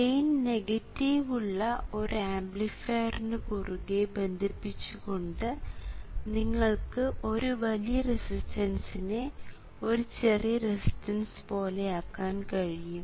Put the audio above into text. gain negative ഉള്ള ഒരു ആംപ്ലിഫയറിനു കുറുകെ ബന്ധിപ്പിച്ചുകൊണ്ട് നിങ്ങൾക്ക് ഒരു വലിയ റെസിസ്റ്റൻസിനെ ഒരു ചെറിയ റെസിസ്റ്റൻസ് പോലെയാക്കാൻ കഴിയും